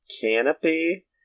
canopy